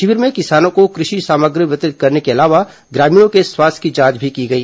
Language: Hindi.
शिविर में किसानों को कृषि सामग्री वितरित करने के अलावा ग्रामीणों के स्वास्थ्य की जांच की गई